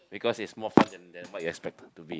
because it's more fun than than what you expected to be